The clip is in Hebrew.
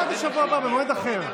במועד אחר.